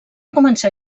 començar